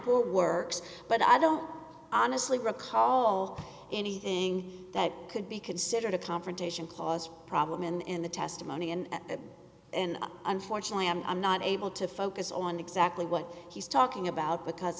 downpour works but i don't honestly recall anything that could be considered a confrontation clause problem in the testimony and unfortunately i'm not able to focus on exactly what he's talking about because